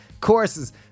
courses